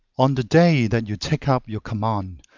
on the day that you take up your command,